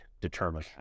determine